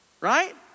right